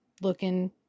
looking